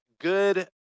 good